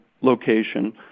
location